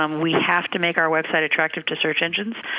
um we have to make our website attractive to search engines,